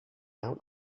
out